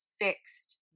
fixed